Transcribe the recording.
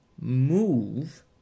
move